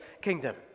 kingdom